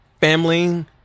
family